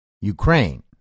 Ukraine